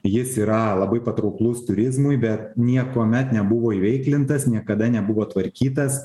jis yra labai patrauklus turizmui bet niekuomet nebuvo įveiklintas niekada nebuvo tvarkytas